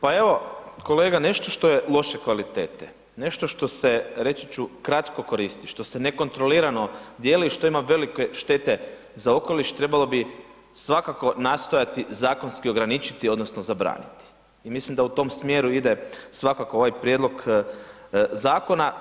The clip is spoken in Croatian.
Pa evo kolega, nešto što je loše kvalitete, nešto što se, reći ću, kratko koristi, što se nekontrolirano dijeli i što ima velike štete za okoliš, trebalo bi svakako nastojati zakonski ograničiti odnosno zabraniti i mislim da u tom smjeru ide svakako ovaj prijedlog zakona.